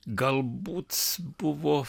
galbūt buvo